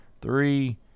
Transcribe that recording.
three